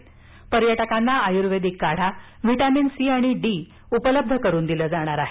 तसंच पर्यटकांना आयुर्वेदीक काढा व्हिटॅमिन सी आणि डी उपलब्ध करून दिल जाणार आहे